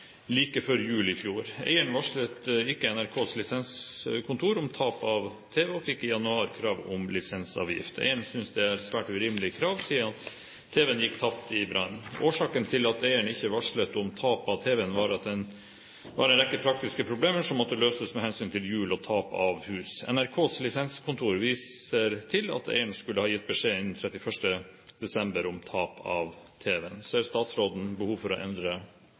like før jul i fjor. Eieren varslet ikke NRKs lisenskontor om tap av tv og fikk i januar krav om lisensavgift. Eieren synes dette er et svært urimelig krav siden tv-en gikk tapt i brannen. Årsaken til at eieren ikke varslet om tap av tv-en var at det var en rekke praktiske problem som måtte løses med hensyn til jul og tap av hus. NRKs lisenskontor viser til at eier skulle ha gitt beskjed innen 31. desember om tap av tv. Ser statsråden behov for å endre